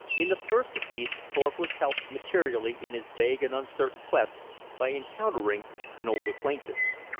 in the first of these thorpe was helped materially in his vague and uncertain quest by encountering an old acquaintance.